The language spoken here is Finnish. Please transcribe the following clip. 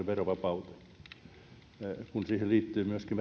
verovapauteen kun siihen liittyy myöskin